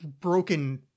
broken